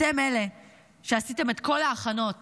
אתם אלה שעשיתם את כל ההכנות